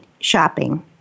shopping